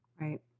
Right